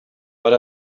but